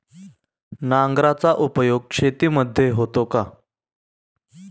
नांगराचा उपयोग शेतीमध्ये होतो का?